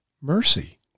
mercy